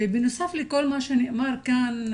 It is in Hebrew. ובנוסף לכל מה שנאמר כאן,